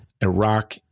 Iraq